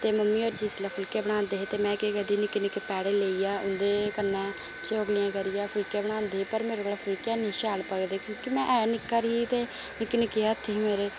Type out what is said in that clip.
ते मम्मी होर जिसलै फुलके बनांदे हे ते में केह् करदी ही मिक्के निक्के पेडे लैइयै उंदे कन्नै चटनी करियै फुलके बनांदी ही पर मेरे कोला फुलके हे नी शैल पकदे क्योकि में है गी निक्की सारी ही ते निक्के निक्के हत्थ ही मेरे